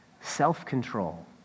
self-control